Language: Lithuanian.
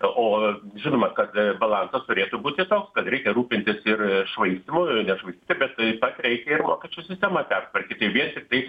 o žinoma kad balansas turėtų būti toks kad reikia rūpintis ir švaistymu nešvaistyti bet taip pat reikia ir mokesčių sistemą pertvarkyti tai vien tiktai